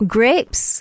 Grapes